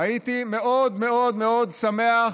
הייתי מאוד מאוד שמח